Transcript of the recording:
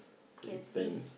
can see